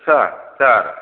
sir sir